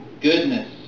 goodness